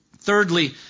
thirdly